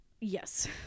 yes